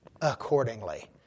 accordingly